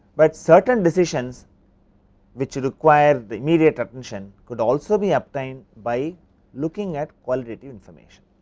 but certain decisions which required the immediate attention could also be obtain by looking at qualitative information.